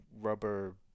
rubber